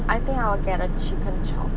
I think I will get a chicken chop